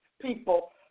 people